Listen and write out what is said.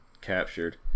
captured